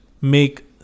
make